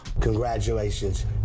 Congratulations